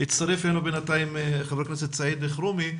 הצטרף אלינו סעיד אלחרומי.